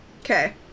Okay